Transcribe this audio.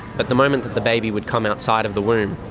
but the moment that the baby would come outside of the womb,